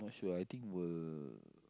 not sure I think will